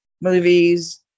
movies